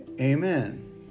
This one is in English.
Amen